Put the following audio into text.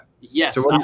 yes